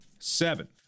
Seven